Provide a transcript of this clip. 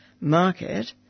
market